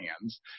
hands